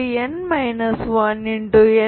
2nn 1